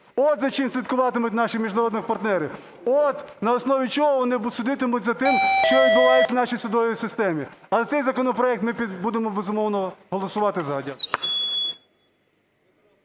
От за чим слідкуватимуть наші міжнародні партнери. От на основі чого вони судитимуть за тим, що відбувається в нашій судовій системі. А за цей законопроект ми будемо, безумовно, голосувати "за".